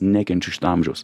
nekenčiu šio amžiaus